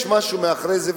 יש משהו מאחורי זה,